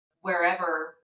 wherever